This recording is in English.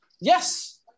Yes